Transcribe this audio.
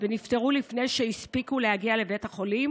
והם נפטרו לפני שהספיקו להגיע לבית החולים,